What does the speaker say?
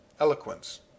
Eloquence